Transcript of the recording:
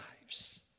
lives